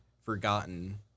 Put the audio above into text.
forgotten